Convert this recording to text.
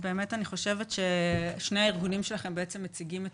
באמת אני חושבת ששני הארגונים שלכם מציגים את